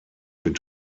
mit